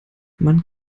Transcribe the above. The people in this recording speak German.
man